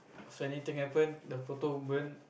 so anything happen the photo burn